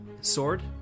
sword